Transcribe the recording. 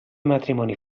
matrimoni